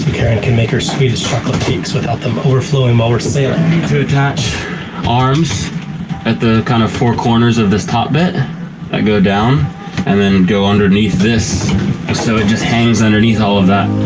can make her swedish chocolate cakes without them overflowing while we're sailing. we need to attach arms at the kind of four corners of this top bit that go down and then go underneath this so it just hangs underneath all of that.